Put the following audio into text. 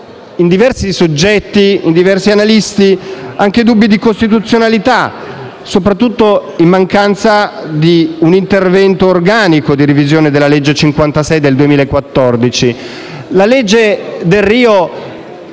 in diversi soggetti e analisti anche dubbi di costituzionalità, soprattutto in mancanza di un intervento organico di revisione della legge n. 56 del 2014. La legge Delrio